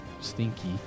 Stinky